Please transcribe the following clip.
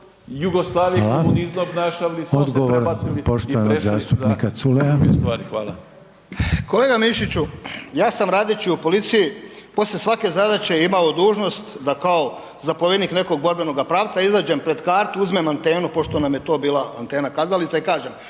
(HDZ)** Odgovor poštovanog zastupnika Culeja. **Culej, Stevo (HDZ)** Kolega Mišiću, ja sam radeći u policiji poslije svake zadaće imao dužnost da kao zapovjednik nekog borbenoga pravca izađem pred kartu, uzmem antenu, pošto nam je to bila antena kazalica i kažem,